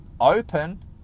Open